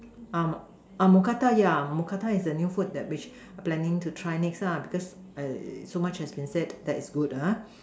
uh mookata yeah mookata is the new food that which planning to try next lah because err so much has been said that it's good ha